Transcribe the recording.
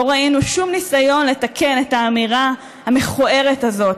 לא ראינו שום ניסיון לתקן את האמירה המכוערת הזאת